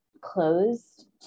closed